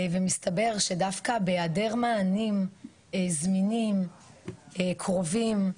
ומסתבר שדווקא בהיעדר מענים זמינים, קרובים,